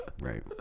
Right